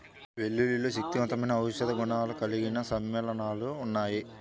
వెల్లుల్లిలో శక్తివంతమైన ఔషధ గుణాలు కలిగిన సమ్మేళనాలు ఉన్నాయి